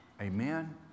Amen